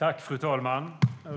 Fru talman!